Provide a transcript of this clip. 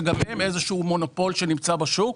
שגם הם איזה שהוא מונופול שנמצא בשוק.